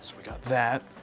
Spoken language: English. so we got that.